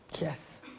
Yes